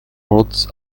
odds